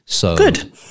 Good